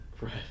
Right